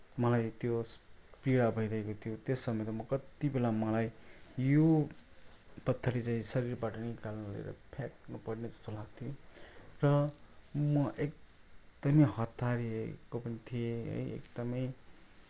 मलाई त्यो पीडा भइरहेको थियो त्यस समय त म कति बेला मलाई यो पत्थरी चाहिँ शरीरबाट निकालेर फ्याँक्न पर्ने चाहन्थेँ र म एकदमै हत्तारिएको पनि थिएँ है एकदमै